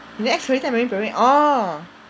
你的 ex-colleague 在 Marine Parade orh